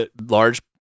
large